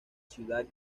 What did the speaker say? ciudad